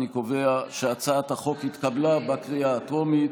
אני קובע שהצעת החוק התקבלה בקריאה הטרומית